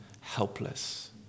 helpless